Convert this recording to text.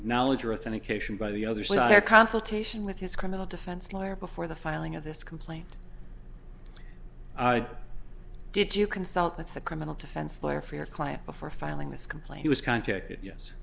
knowledge or authentication by the other so there consultation with his criminal defense lawyer before the filing of this complaint did you consult with the criminal defense lawyer for your client before filing this complaint he was contacted yes